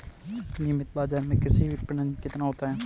नियमित बाज़ार में कृषि विपणन कितना होता है?